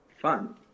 Fun